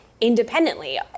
independently